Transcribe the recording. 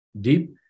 deep